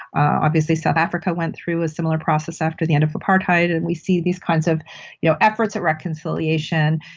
obviously south africa went through a similar process after the end of apartheid, and we see these kinds of you know efforts at reconciliation,